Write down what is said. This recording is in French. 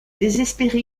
désespéré